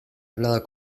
hablado